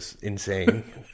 insane